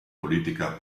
politica